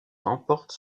remporte